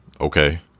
okay